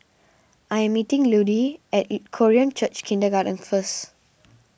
I am meeting Ludie at Korean Church Kindergarten first